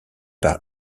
par